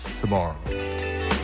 tomorrow